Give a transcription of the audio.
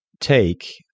take